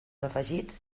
afegits